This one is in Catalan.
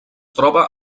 troba